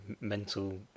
mental